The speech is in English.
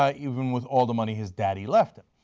ah even with all the money his daddy left him.